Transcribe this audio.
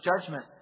judgment